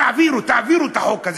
תעבירו, תעבירו את החוק הזה.